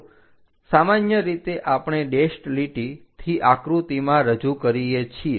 તો સામાન્ય રીતે આપણે ડેશ્ડ લીટી થી આકૃતિમાં રજૂ કરીએ છીએ